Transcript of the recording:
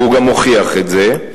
והוא גם הוכיח את זה.